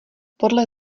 podle